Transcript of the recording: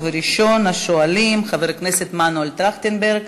ראשון השואלים, חבר הכנסת מנואל טרכטנברג,